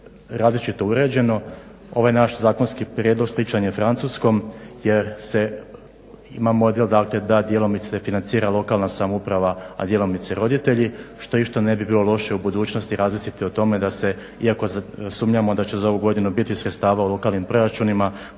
različito uređeno, ovaj naš zakonski prijedlog sličan je francuskom jer se ima model dakle da djelomice financira lokalna samouprava a djelomice roditelji, što isto ne bi bilo loše u budućnosti razmisliti o tome da se iako sumnjamo da će za ovu godinu biti sredstava u lokalnim proračunima